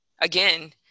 again